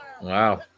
Wow